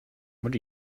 what